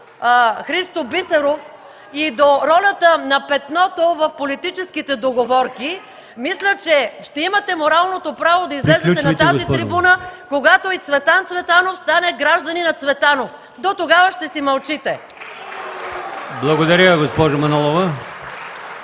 Благодаря, госпожо Манолова.